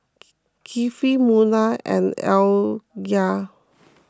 Kifli Munah and Alya